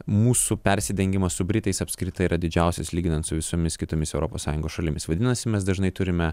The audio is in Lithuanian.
mūsų persidengimas su britais apskritai yra didžiausias lyginant su visomis kitomis europos sąjungos šalims vadinasi mes dažnai turime